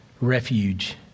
refuge